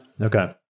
Okay